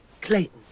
Clayton